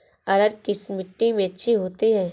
अरहर किस मिट्टी में अच्छी होती है?